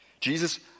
Jesus